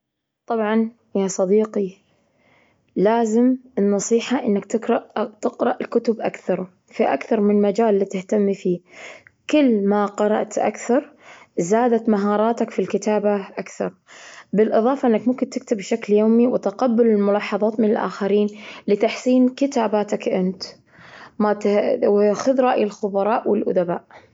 طبعا يا صديقي، لازم النصيحة أنك تقرأ- تقرأ الكتب أكثر في أكثر من مجال لتهتمي فيه. كل ما قرأت أكثر، زادت مهاراتك في الكتابة أكثر، بالإضافة أنك ممكن تكتب بشكل يومي وتقبل الملاحظات من الآخرين لتحسين كتاباتك. أنت وخذ رأى الخبراء والأدباء.